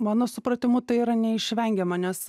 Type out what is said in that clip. mano supratimu tai yra neišvengiama nes